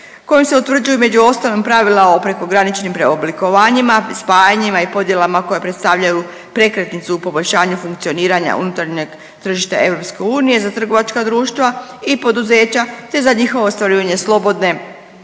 kojom se utvrđuju među ostalim pravila o prekograničnim preoblikovanjima i spajanjima i podjelama koje predstavljaju prekretnicu u poboljšanju funkcioniranja unutarnjeg tržišta EU za trgovačka društva i poduzeća, te za njihovo ostvarivanje slobodne,